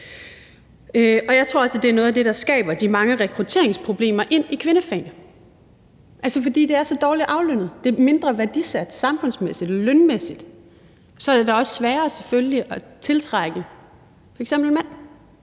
og jeg tror, at det er noget af det, der skaber de mange rekrutteringsproblemer ind i kvindefagene, altså fordi det er så dårligt aflønnet, det er mindre værdisat samfundsmæssigt og lønmæssigt. Så er det da selvfølgelig også sværere at tiltrække f.eks. en mand.